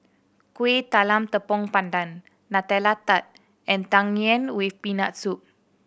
Kueh Talam Tepong Pandan Nutella Tart and Tang Yuen with Peanut Soup